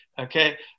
okay